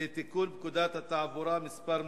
עוברת לוועדת הפנים והגנת הסביבה להכנה לקריאה